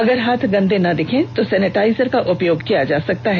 अगर हाथ गंदे नहीं दिखें तो सेनेटाइजर का उपयोग किया जा सकता है